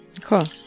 Cool